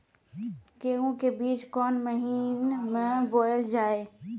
गेहूँ के बीच कोन महीन मे बोएल जाए?